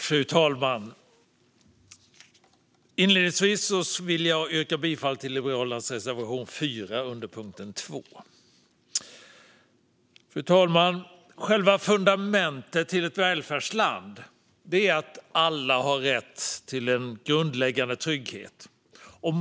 Fru talman! Inledningsvis vill jag yrka bifall till Liberalernas reservation 4 under punkt 2. Fru talman! Själva fundamentet till ett välfärdsland är att alla har rätt till en grundläggande trygghet.